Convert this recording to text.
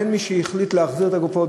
בין מי שהחליט להחזיר את הגופות,